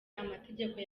amategeko